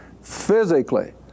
physically